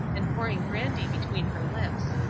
and pouring brandy between her lips.